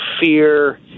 fear